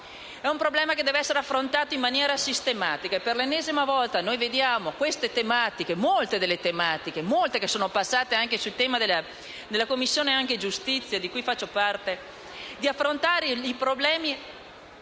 È un problema che deve essere affrontato in maniera sistematica. Per l'ennesima volta, invece, vediamo molte delle tematiche in questione, passate anche al vaglio della Commissione giustizia, di cui faccio parte, affrontate in modo